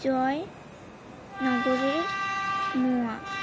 জয়নগরের মোয়া